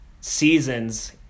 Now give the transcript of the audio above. seasons